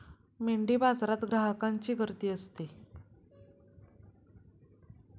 मेंढीबाजारात ग्राहकांची गर्दी असते